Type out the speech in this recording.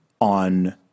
on